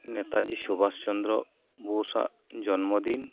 ᱱᱮᱛᱟᱡᱤ ᱥᱩᱵᱷᱟᱥᱪᱚᱱᱫᱨᱚ ᱵᱳᱥᱟᱜ ᱡᱚᱱᱢᱚᱫᱤᱱ